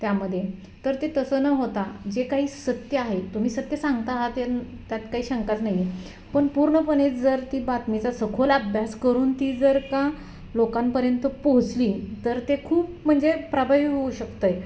त्यामध्ये तर ते तसं न होता जे काही सत्य आहे तुम्ही सत्य सांगता आहात त्यात काही शंकाच नाही पण पूर्णपणे जर ती बातमीचा सखोल अभ्यास करून ती जर का लोकांपर्यंत पोहोचली तर ते खूप म्हणजे प्रभावी होऊ शकतं